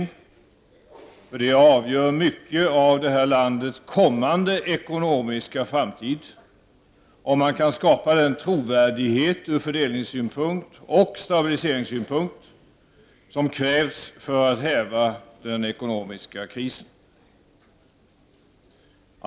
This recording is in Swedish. Det är nämligen avgörande för det här landets kommande ekonomiska framtid om man kan skapa den trovärdighet ur fördelningssynpunkt och stabilise ringssynpunkt som krävs för att häva den ekonomiska krisen.